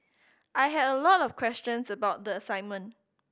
I had a lot of questions about the assignment